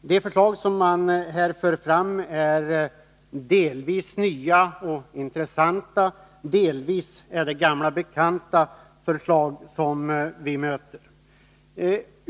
De förslag som man här för fram är delvis nya och intressanta, delvis är det gamla bekanta förslag som vi möter.